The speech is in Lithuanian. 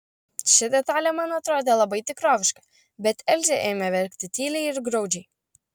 ši detalė man atrodė labai tikroviška bet elzė ėmė verkti tyliai ir graudžiai